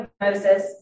Moses